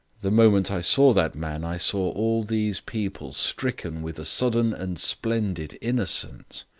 the moment i saw that man, i saw all these people stricken with a sudden and splendid innocence.